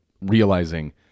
realizing